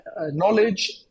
knowledge